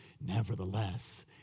Nevertheless